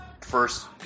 first